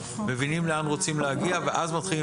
מבינים לאן רוצים להגיע ואז מתחילים